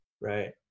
right